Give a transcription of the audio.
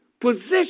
position